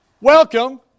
welcome